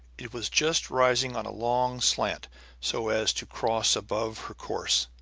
it was just rising on a long slant so as to cross above her course.